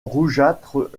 rougeâtre